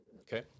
Okay